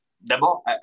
d'abord